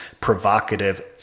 provocative